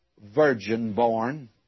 virgin-born